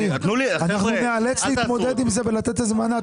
אנחנו ניאלץ להתמודד עם זה ולתת לזה מענה.